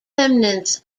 remnants